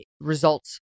results